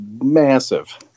massive